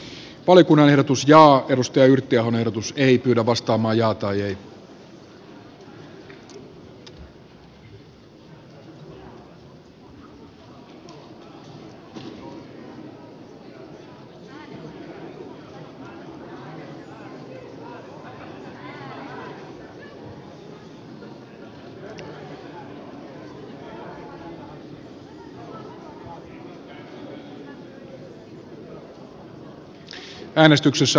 monet suuret eu maat muun muassa britannia saksa ja italia ovat ilmoittaneet etteivät lähetä joukkojaan eufor rca operaatioon